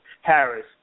Harris